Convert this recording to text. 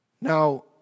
now